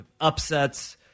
upsets